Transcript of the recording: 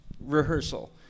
rehearsal